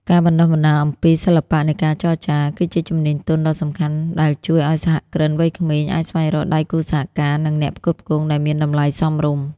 ការបណ្ដុះបណ្ដាលអំពី "សិល្បៈនៃការចរចា" គឺជាជំនាញទន់ដ៏សំខាន់ដែលជួយឱ្យសហគ្រិនវ័យក្មេងអាចស្វែងរកដៃគូសហការ និងអ្នកផ្គត់ផ្គង់ដែលមានតម្លៃសមរម្យ។